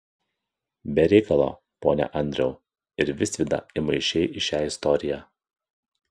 be reikalo pone andriau ir visvydą įmaišei į šią istoriją